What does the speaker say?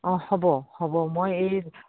অঁ হ'ব হ'ব মই এই